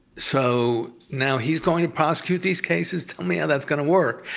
so now he's going to prosecute these cases. tell me how that's going to work.